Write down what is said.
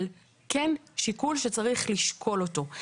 אבל זה כן שיקול שצריך לשקול אותו.